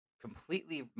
completely –